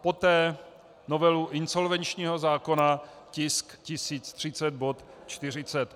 A poté novelu insolvenčního zákona tisk 1030, bod 48.